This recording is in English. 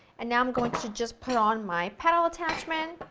and now i'm going to just put on my paddle attachment.